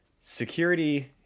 security